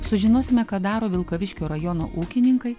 sužinosime ką daro vilkaviškio rajono ūkininkai